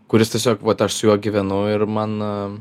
kuris tiesiog vat aš su juo gyvenu ir man